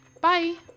Bye